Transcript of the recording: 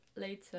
later